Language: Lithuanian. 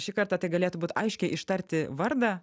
šį kartą tai galėtų būt aiškiai ištarti vardą